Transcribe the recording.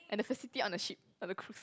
and the facility on the ship on the cruise